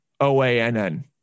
OANN